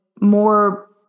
more